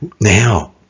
Now